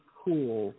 cool